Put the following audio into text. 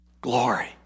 Glory